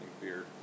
beer